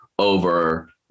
over